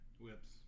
Whips